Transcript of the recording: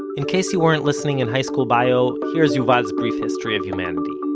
in case you weren't listening in high school bio, here's yuval's brief history of humanity,